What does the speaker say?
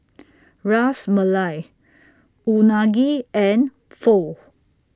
Ras Malai Unagi and Pho